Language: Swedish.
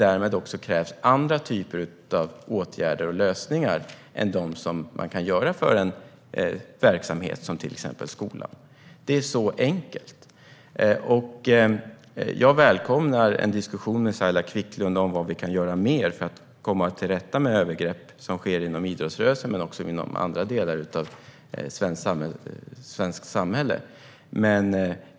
Därmed krävs andra typer av åtgärder och lösningar än dem man kan ha för en verksamhet som exempelvis skolan. Så enkelt är det. Jag välkomnar en diskussion med Saila Quicklund om vad vi kan göra mer för att komma till rätta med övergrepp som sker inom idrottsrörelsen men också inom andra delar av svenskt samhälle.